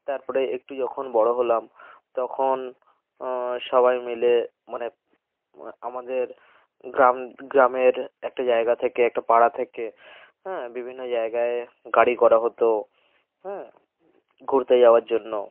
তার পরে একটু যখন বড় হলাম তখন সবাই মিলে মানে আমাদের গ্রাম গ্রামের একটা জায়গা থেকে একটা পাড়া থেকে হ্যাঁ বিভিন্ন জায়গায় গাড়ি করা হতো হ্যাঁ ঘুরতে যাওয়ার জন্য